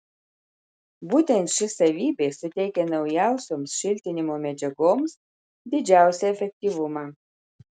būtent ši savybė suteikia naujausioms šiltinimo medžiagoms didžiausią efektyvumą